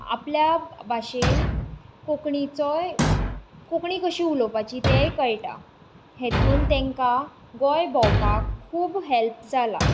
आपल्या भाशेन कोंकणीचोय कोंकणी कशी उलोवपाची तेंय कळटा हेतून तांकां गोंय भोंवपाक खूब हॅल्प जाला